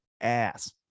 ass